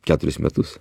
keturis metus